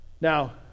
Now